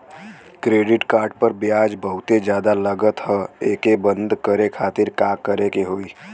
Credit card पर ब्याज बहुते ज्यादा लगत ह एके बंद करे खातिर का करे के होई?